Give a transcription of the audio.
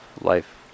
life